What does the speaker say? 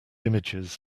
images